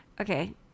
Okay